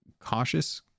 cautious